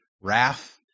wrath